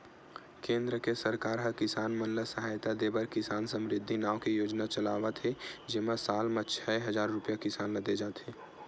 केंद्र के सरकार ह किसान मन ल सहायता देबर किसान समरिद्धि नाव के योजना चलावत हे जेमा साल म छै हजार रूपिया किसान ल दे जाथे